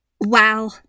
Wow